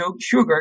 sugar